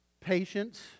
patience